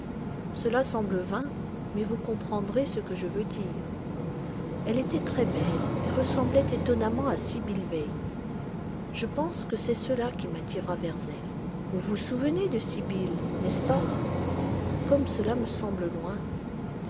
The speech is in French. cela semble vain mais vous comprendrez ce que je veux dire elle était très belle et ressemblait étonnamment à sibyl vane je pense que c'est cela qui m'attira vers elle vous vous souvenez de sibyl n'est-ce pas comme cela me semble loin